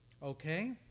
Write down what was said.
Okay